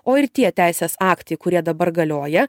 o ir tie teisės aktai kurie dabar galioja